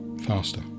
faster